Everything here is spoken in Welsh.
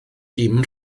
dim